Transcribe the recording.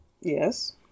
Yes